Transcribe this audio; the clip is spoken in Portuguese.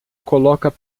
coloca